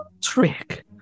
trick